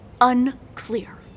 unclear